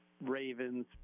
Ravens